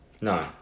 No